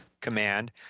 command